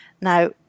Now